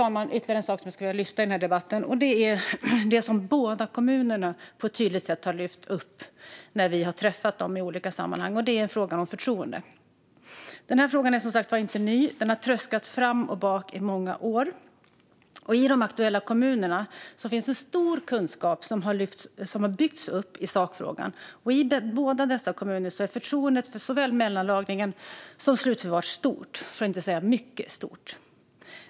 Jag har ytterligare en sak jag skulle vilja lyfta i debatten, och det är något som båda dessa kommuner har lyft upp på ett tydligt sätt när vi har träffat dem i olika sammanhang. Det gäller frågan om förtroende. Den här frågan är som sagt inte ny utan har tröskats fram och tillbaka i många år, och i de aktuella kommunerna har det byggts upp stor kunskap i sakfrågan. I båda dessa kommuner är förtroendet för såväl mellanlagring som slutförvar stort, för att inte säga mycket stort.